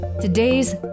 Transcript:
Today's